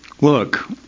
Look